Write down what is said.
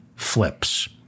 flips